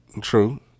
True